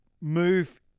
move